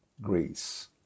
Greece